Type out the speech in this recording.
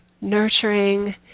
nurturing